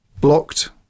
Blocked